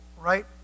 right